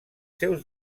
seus